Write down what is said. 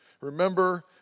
remember